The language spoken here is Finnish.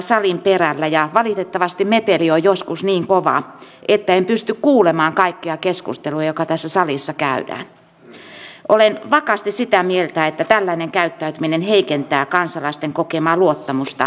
siitä on esitetty erilaisia malleja muun muassa niin että naisetkin voisivat olla kutsunnoissa mukana eivät kuitenkaan varusmiespalvelukseen velvoitettuina mutta ikään kuin muuten tämmöisenä ikäluokan tsekkauksena ja maanpuolustushenkisyyteen kannustamisena